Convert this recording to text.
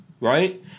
Right